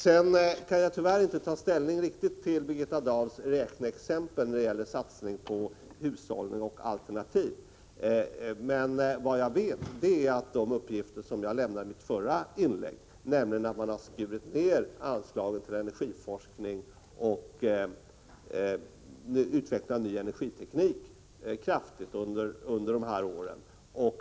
Jag kan tyvärr inte riktigt ta ställning till Birgitta Dahls räkneexempel när det gäller satsning på hushållning och alternativ, men vad jag vet är att de uppgifter som jag lämnade i mitt förra inlägg, nämligen att man har skurit ner anslaget till energiforskning och utveckling av ny energiteknik kraftigt under dessa år, är riktiga.